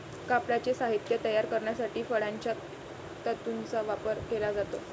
कापडाचे साहित्य तयार करण्यासाठी फळांच्या तंतूंचा वापर केला जातो